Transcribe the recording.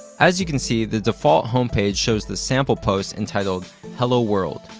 as you can see, the default home page shows the sample post entitled hello world!